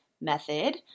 method